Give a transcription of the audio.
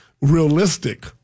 realistic